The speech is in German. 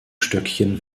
stöckchen